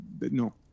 no